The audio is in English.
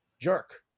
jerk